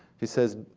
he says,